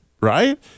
right